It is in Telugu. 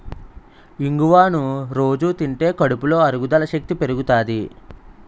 ఇంగువను రొజూ తింటే కడుపులో అరుగుదల శక్తి పెరుగుతాది